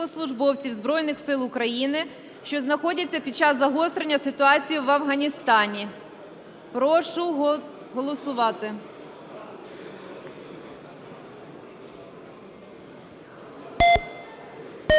Збройних Сил України, що знаходяться під час загострення ситуації в Афганістані. Прошу голосувати.